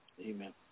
Amen